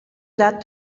that